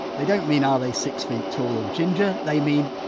they don't mean are they six-feet tall or ginger, they mean,